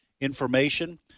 information